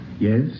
Yes